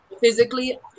physically